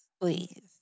please